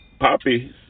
poppy